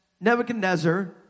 Nebuchadnezzar